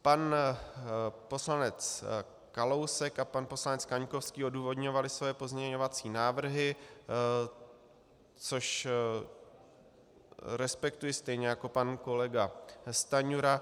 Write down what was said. Pan poslanec Kalousek a pan poslanec Kaňkovský odůvodňovali svoje pozměňovací návrhy, což respektuji, stejně jako pan kolega Stanjura.